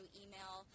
email